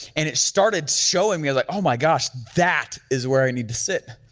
and it started showing me like, oh my gosh, that is where i need to sit.